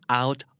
out